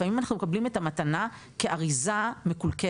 לפעמים אנחנו מקבלים את המתנה כאריזה מקולקלת.